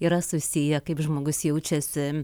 yra susiję kaip žmogus jaučiasi